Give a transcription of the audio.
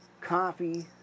coffee